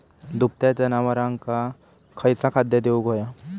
दुभत्या जनावरांका खयचा खाद्य देऊक व्हया?